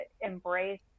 embrace